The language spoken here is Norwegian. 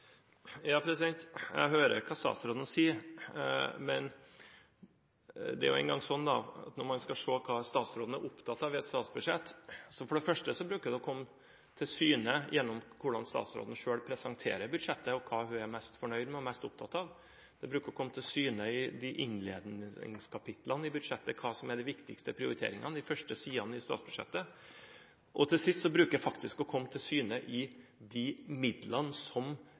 Jeg hører hva statsråden sier, men det er nå engang sånn at når man skal se hva statsråden er opptatt av i et statsbudsjett, bruker det for det første å komme til syne gjennom hvordan statsråden selv presenterer budsjettet og hva hun er mest fornøyd med og mest opptatt av. Det bruker også å komme til syne i innledningskapitlene – på de første sidene – i statsbudsjettet hva som er de viktigste prioriteringene. Til sist bruker det faktisk å komme til syne i de midlene som